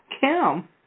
Kim